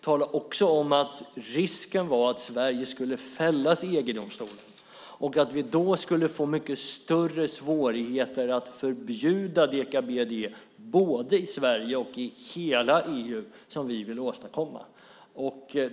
Tala också om att risken fanns att Sverige skulle fällas i EG-domstolen och att vi då skulle få mycket större svårigheter med att förbjuda deka-BDE både i Sverige och i hela EU, vilket vi vill åstadkomma!